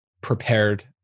prepared